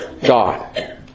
God